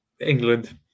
England